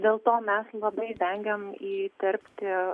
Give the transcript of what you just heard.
dėl to mes labai vengiam įterpti